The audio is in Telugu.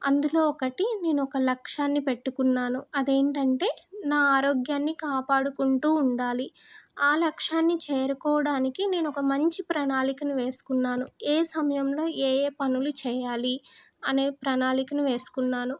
అందులో ఒకటి నేను ఒక లక్ష్యాన్ని పెట్టుకున్నాను అది ఏంటంటే నా ఆరోగ్యాన్ని కాపాడుకుంటు ఉండాలి ఆ లక్ష్యాన్ని చేరుకోవడానికి నేను ఒక మంచి ప్రణాళికను వేసుకున్నాను ఏ సమయంలో ఏ ఏ పనులు చేయాలి అనే ప్రణాళికను వేసుకున్నాను